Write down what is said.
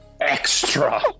extra